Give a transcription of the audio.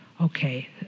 Okay